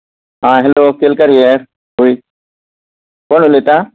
आं hello Kerkar here कोण उलयता